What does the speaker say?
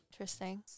Interesting